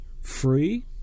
free